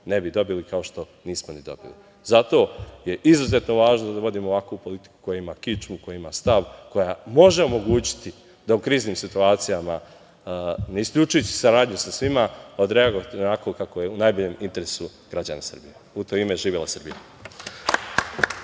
ne bi dobili, kao što nismo ni dobili. Zato je izuzetno važno da vodimo ovakvu politiku koja ima kičmu, koja ima stav, koja može omogućiti da u kriznim situacijama, ne isključujući saradnju sa svima, odreagujemo onako kako je u najboljem interesu građana Srbije. U to ime, živela Srbija!